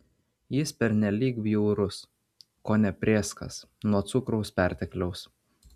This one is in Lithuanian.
jis pernelyg bjaurus kone prėskas nuo cukraus pertekliaus